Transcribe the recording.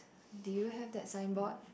do you have that signboard